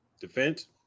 defense